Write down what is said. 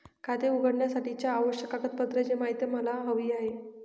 खाते उघडण्यासाठीच्या आवश्यक कागदपत्रांची माहिती मला हवी आहे